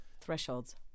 thresholds